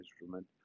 instrument